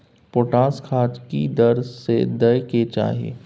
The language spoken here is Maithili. पोटास खाद की दर से दै के चाही?